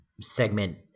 segment